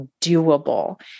doable